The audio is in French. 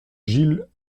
gilles